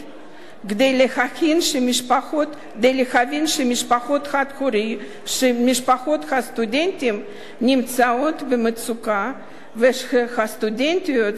כדי להבין שמשפחות הסטודנטים נמצאות במצוקה ושהסטודנטיות זכאיות